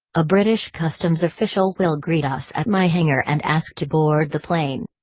a british customs official will greet us at my hangar and ask to board the plane.